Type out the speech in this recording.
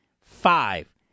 Five